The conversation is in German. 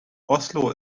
oslo